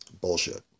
Bullshit